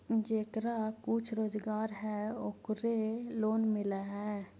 जेकरा कुछ रोजगार है ओकरे लोन मिल है?